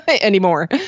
anymore